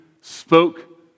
spoke